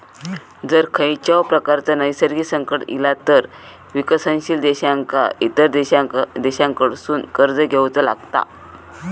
जर खंयच्याव प्रकारचा नैसर्गिक संकट इला तर विकसनशील देशांका इतर देशांकडसून कर्ज घेवचा लागता